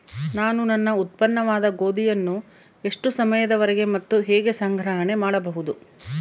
ನಾನು ನನ್ನ ಉತ್ಪನ್ನವಾದ ಗೋಧಿಯನ್ನು ಎಷ್ಟು ಸಮಯದವರೆಗೆ ಮತ್ತು ಹೇಗೆ ಸಂಗ್ರಹಣೆ ಮಾಡಬಹುದು?